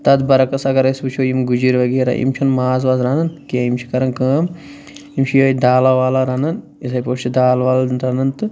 تَتھ برعکس اگر أسۍ وُچھو یِم گُجِرۍ وغیرہ یِم چھِنہٕ ماز واز رَنان کیٚنٛہہ یِم چھِ کَران کٲم یِم چھِ یِہٲے دالہ والہ رَنان یِتھٔے پٲٹھۍ چھِ دال وال رَنان تہٕ